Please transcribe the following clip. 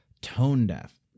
tone-deaf